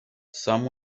some